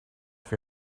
for